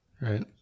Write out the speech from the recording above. Right